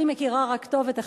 אני מכירה טוב רק אחד,